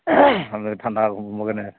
ঠাণ্ডা হ'বগৈ নাই